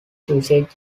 usage